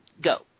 Go